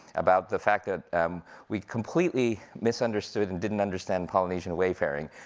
about the fact that um we completely misunderstood, and didn't understand polynesian wayfaring,